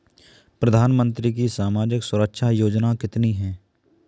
प्रधानमंत्री की सामाजिक सुरक्षा योजनाएँ कितनी हैं?